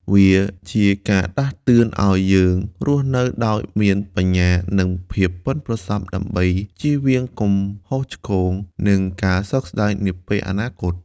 វាជាការដាស់តឿនឲ្យយើងរស់នៅដោយមានបញ្ញា និងភាពប៉ិនប្រសប់ ដើម្បីជៀសវាងកំហុសឆ្គង និងការសោកស្តាយនាពេលអនាគត។